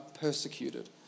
persecuted